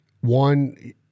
one